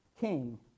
King